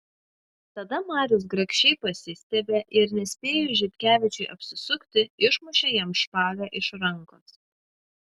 tada marius grakščiai pasistiebė ir nespėjus žitkevičiui apsisukti išmušė jam špagą iš rankos